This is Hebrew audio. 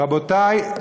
רבותי,